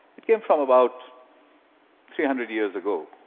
it came from about three hundred years ago,